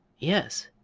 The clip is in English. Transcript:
yes,